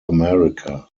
america